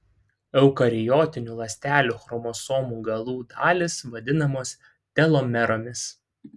eukariotinių ląstelių chromosomų galų dalys vadinamos telomeromis